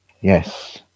Yes